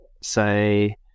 say